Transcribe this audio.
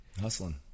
Hustling